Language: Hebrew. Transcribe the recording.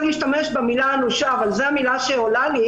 להשתמש במילה "אנושה" אבל זו המילה שעולה לי